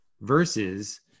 Versus